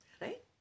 right